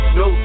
no